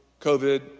COVID